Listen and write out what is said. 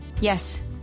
Yes